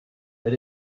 that